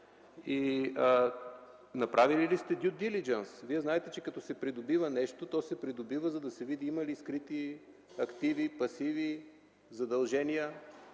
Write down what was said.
направили ли сте дю дилиджънс? Вие знаете, че като се придобива нещо, то се придобива, за да се види има ли разкрити активи, пасиви, задължения.